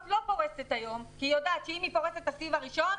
הוט לא פורסת היום כי היא יודעת שאם היא פורסת את הסיב הראשון